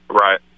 Right